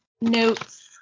notes